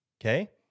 okay